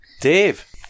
Dave